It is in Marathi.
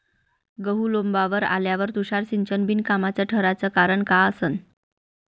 गहू लोम्बावर आल्यावर तुषार सिंचन बिनकामाचं ठराचं कारन का असन?